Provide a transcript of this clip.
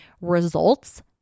results